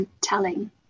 telling